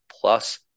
plus